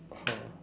!huh!